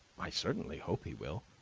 i certainly hope he will.